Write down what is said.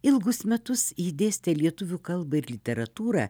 ilgus metus ji dėstė lietuvių kalbą ir literatūrą